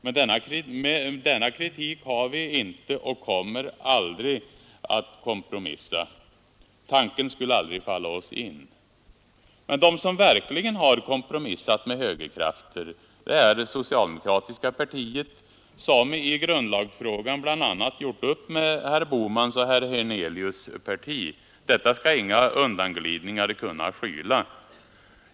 Med denna kritik kan vi inte kompromissa — och kommer aldrig att göra det. Tanken skulle aldrig falla oss in. En verklig kompromiss med högerkrafter har åstadkommits av det socialdemokratiska partiet, som i grundlagsfrågan bl.a. gjort upp med herr Bohmans och herr Hernelius” parti. Detta skall inga undanglidningar kunna skyla.